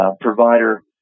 provider